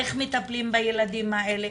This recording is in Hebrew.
איך מטפלים בילדים האלה,